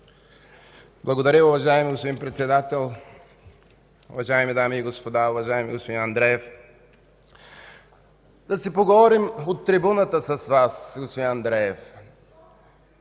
Благодаря Ви. Уважаеми господин Председател, уважаеми дами и господа, уважаеми господин Андреев! Да си поговорим от трибуната с Вас, господин Андреев!